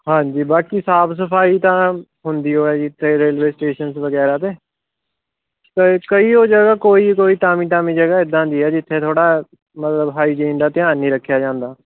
ਹਾਂਜੀ ਬਾਕੀ ਸਾਫ ਸਫਾਈ ਤਾਂ ਹੁੰਦੀ ਹੋ ਜੀ ਇੱਥੇ ਰੇਲਵੇ ਸਟੇਸ਼ਨਜ ਵਗੈਰਾ 'ਤੇ ਕ ਕੋਈ ਉਹ ਜਗ੍ਹਾ ਕੋਈ ਕੋਈ ਟਾਵੀਂ ਟਾਵੀਂ ਜਗ੍ਹਾ ਇੱਦਾਂ ਦੀ ਹੈ ਜਿੱਥੇ ਥੋੜ੍ਹਾ ਮਤਲਬ ਹਾਈਜੀਨ ਦਾ ਧਿਆਨ ਨਹੀਂ ਰੱਖਿਆ ਜਾਂਦਾ